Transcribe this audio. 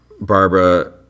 Barbara